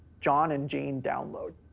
john and jane download.